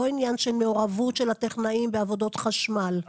לא עניין של מעורבות של הטכנאים בעבודות חשמל.